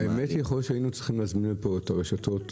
באמת יכול להיות שהיינו צריכים להזמין לפה את הרשתות,